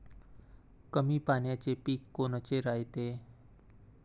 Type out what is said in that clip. कमी पाण्याचे पीक कोनचे रायते?